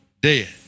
dead